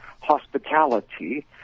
hospitality